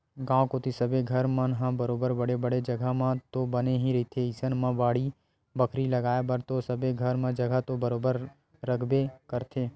गाँव कोती सबे घर मन ह बरोबर बड़े बड़े जघा म तो बने ही रहिथे अइसन म बाड़ी बखरी लगाय बर तो सबे घर म जघा तो बरोबर रहिबे करथे